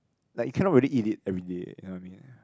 like you cannot really eat it everyday you know what I mean